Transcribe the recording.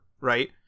right